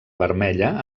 vermella